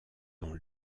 dont